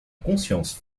conscience